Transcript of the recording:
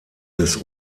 des